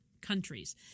countries